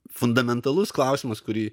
fundamentalus klausimas kurį